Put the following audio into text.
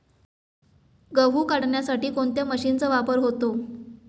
गहू काढण्यासाठी कोणत्या मशीनचा वापर होतो?